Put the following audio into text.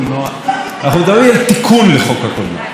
חוק הקולנוע המקורי עבר בשנות ה-90,